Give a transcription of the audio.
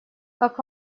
как